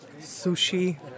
sushi